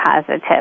positive